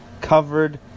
covered